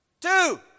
Two